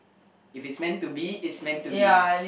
if it's meant to be it's meant to be